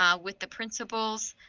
ah with the principals,